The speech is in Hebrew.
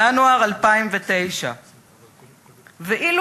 ינואר 2009. ואילו,